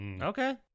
Okay